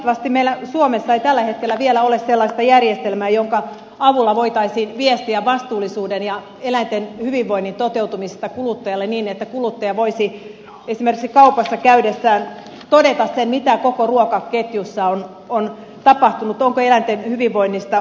valitettavasti meillä suomessa ei tällä hetkellä vielä ole sellaista järjestelmää jonka avulla voitaisiin viestiä vastuullisuuden ja eläinten hyvinvoinnin toteutumisesta kuluttajalle niin että kuluttaja voisi esimerkiksi kaupassa käydessään todeta sen mitä koko ruokaketjussa on tapahtunut onko eläinten hyvinvoinnista huolehdittu